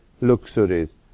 luxuries